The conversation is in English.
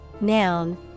noun